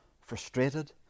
frustrated